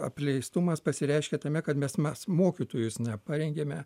apleistumas pasireiškia tame kad mes mes mokytojus neparengėme